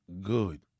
good